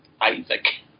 Isaac